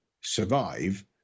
survive